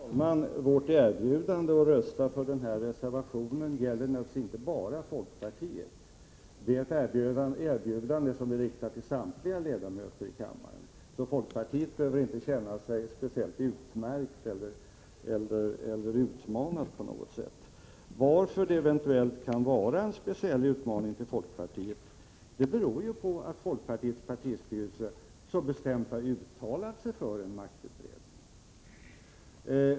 Herr talman! Vårt erbjudande om att rösta för den här reservationen gäller naturligtvis inte bara folkpartiet. Det är ett erbjudande som är riktat till samtliga ledamöter i kammaren. Folkpartiet behöver alltså inte känna sig speciellt utmärkt eller utmanat på något sätt. Skälet till att erbjudandet eventuellt skulle kunna vara en speciell utmaning till folkpartiet är att folkpartiets partistyrelse mycket bestämt har uttalat sig för en maktutredning.